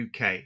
UK